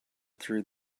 through